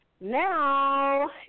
Now